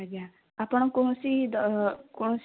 ଆଜ୍ଞା ଆପଣ କୌଣସି କୌଣସି